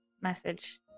message